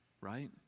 right